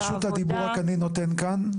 העבודה את רשות הדיבור רק אני נותן כאן,